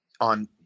on